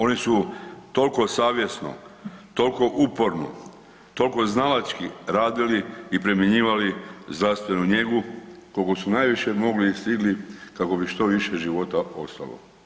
Oni su toliko savjesno, toliko uporno, toliko znalački radili i primjenjivali zdravstvenu njegu koliko su najviše mogli i stigli kako bi što više života ostalo.